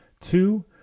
Two